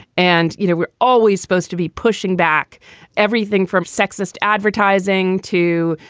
and you know we're always supposed to be pushing back everything from sexist advertising to,